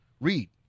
Read